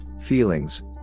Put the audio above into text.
feelings